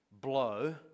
blow